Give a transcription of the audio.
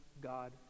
God